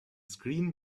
screen